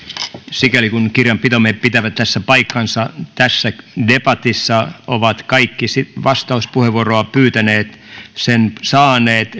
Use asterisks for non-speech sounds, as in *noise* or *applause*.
sikäli kun kirjanpitomme pitää paikkansa tässä debatissa ovat kaikki vastauspuheenvuoroa pyytäneet sen saaneet *unintelligible*